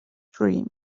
dream